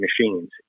machines